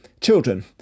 children